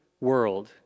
world